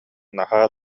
наһаа